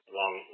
long